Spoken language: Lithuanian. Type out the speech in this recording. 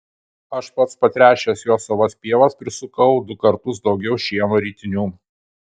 aš pats patręšęs juo savas pievas prisukau du kartus daugiau šieno ritinių